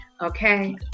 okay